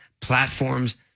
Platforms